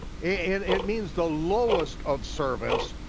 it it means the lowest of servants,